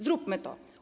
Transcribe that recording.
Zróbmy to.